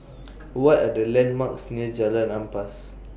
What Are The landmarks near Jalan Ampas